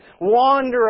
wander